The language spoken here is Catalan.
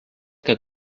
que